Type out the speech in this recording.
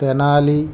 Tenali